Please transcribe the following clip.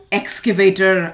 excavator